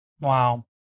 Wow